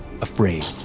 afraid